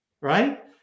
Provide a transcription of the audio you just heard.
right